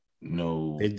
no –